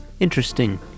Interesting